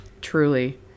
Truly